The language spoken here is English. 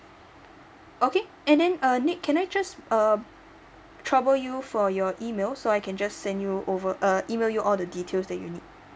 okay and then uh nick can I just uh trouble you for your email so I can just send you over uh email you all the details that you need